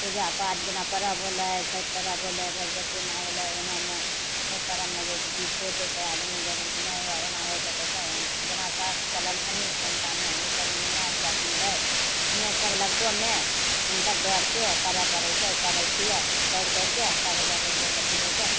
पूजापाठ जेना पर्व होलय छैठ पर्व होलय भगवती माय होलय ओनामे छैठ पर्वमे जे छोड़ि दै छै आदमी ओना होइ सकय छै जेना सासु चलल जखनी पुरनकामे उ सब निमाहि कऽ एखनी धरि हमे अर सब नबकोमे हुनकर डरसँ करय पड़य छै करय छियै आओर करि करिके तब जाय करिके अथी होइ छै